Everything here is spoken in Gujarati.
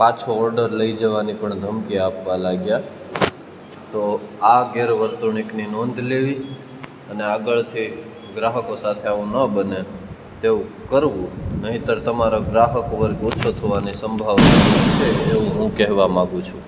પાછો ઓર્ડર લઈ જવાની પણ ધમકી આપવા લાગ્યા તો આ ગેરવર્તણૂકની નોંધ લેવી અને આગળથી ગ્રાહકો સાથે આવું ન બને તેવું કરવું નહીંતર તમારા ગ્રાહકો વર્ગ ઓછો થવાની સંભાવના છે એવું હું કહેવા માંગુ છું